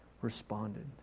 responded